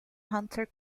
hunter